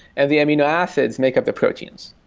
and the amino acids make up the proteins.